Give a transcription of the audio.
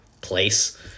place